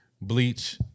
Bleach